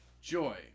joy